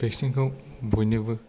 vaccine खौ बयनोबो